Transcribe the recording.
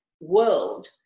world